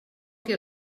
que